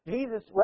Jesus